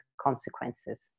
consequences